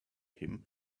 him